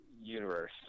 universe